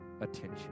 attention